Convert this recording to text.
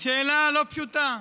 שאלה לא פשוטה: